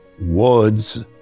words